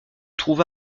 trouve